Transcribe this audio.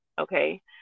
okay